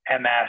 MS